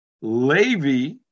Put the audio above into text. Levi